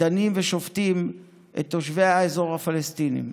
דנים ושופטים את תושבי האזור הפלסטינים.